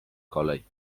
kolej